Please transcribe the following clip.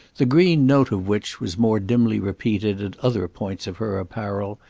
the green note of which was more dimly repeated, at other points of her apparel,